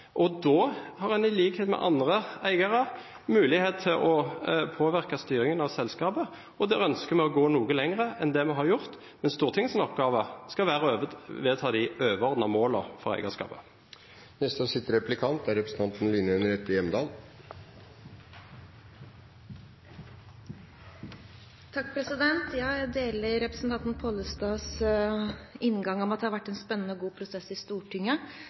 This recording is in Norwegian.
Da har man, i likhet med andre eiere, mulighet til å påvirke styringen av selskapet, og der ønsker vi å gå noe lenger enn det vi har gjort. Men Stortingets oppgave skal være å vedta de overordnede målene for eierskapet. Jeg deler representanten Pollestads inngang om at det har vært en spennende og god prosess i Stortinget,